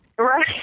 Right